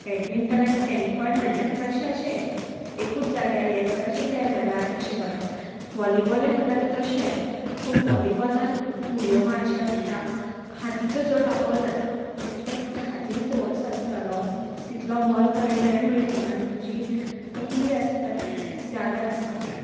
badminton आनी tennikoit म्हणटा तें मातशें अशें एकूच जाग्यार ह्या जाग्यासून त्या जाग्यार अशें करप वॉलीबॉलय म्हणटा तें तशेंच पूण वॉलीबॉलान वडयो मारच्यो आसता हातीचो चड वापर जाता जितको तुज्या हातीन फोर्स आसतलो तितलो बॉल बरें तरेन वयतलो आनी तुजी तकली आसता ती ती ती जाग्यार आसपाक जाय